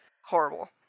Horrible